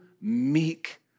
meek